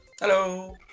Hello